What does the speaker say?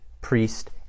priest